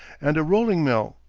and a rolling-mill.